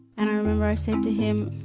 and i remember i said to him,